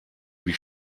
wie